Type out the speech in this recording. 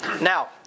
Now